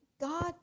God